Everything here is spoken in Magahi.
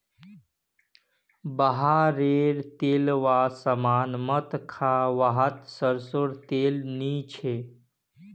बाहर रे तेलावा सामान मत खा वाहत सरसों तेल नी छे